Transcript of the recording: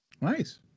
Nice